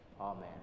Amen